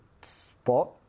spot